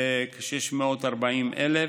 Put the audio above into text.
640,000